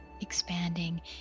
expanding